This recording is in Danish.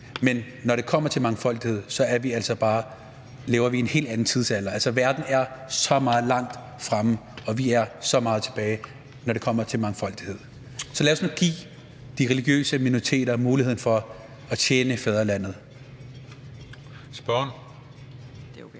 at når det kommer til mangfoldighed, så lever vi altså bare i en helt anden tidsalder? Altså, verden er så langt fremme, og vi er så langt tilbage, når det kommer til mangfoldighed. Så lad os nu give de religiøse minoriteter muligheden for at tjene fædrelandet. Kl. 12:21 Den fg.